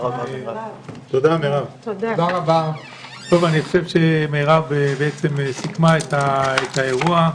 אני חושב שמירב סיכמה את האירוע.